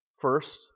First